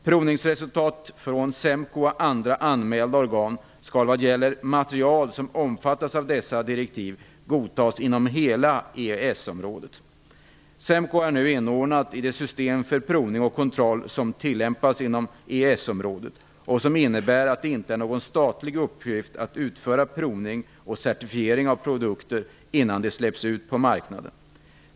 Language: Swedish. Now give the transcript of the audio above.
Provningsresultatet från SEMKO och andra anmälda organ skall vad gäller materiel som omfattas av dessa direktiv godtas inom hela EES SEMKO är nu inordnat i det system för provning och kontroll som tillämpas inom EES-området och som innebär att det inte är någon statlig uppgift att utföra provning och certifiering av produkter innan de släpps ut på marknaden.